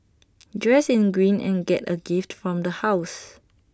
dress in green and get A gift from the house